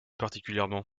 particulièrement